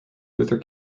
luther